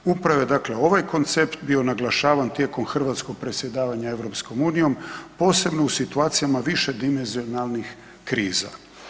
Upravo je dakle ovaj koncept bio naglašavan tijekom hrvatskog predsjedavanja EU posebno u situacijama višedimenzionalnih kriza.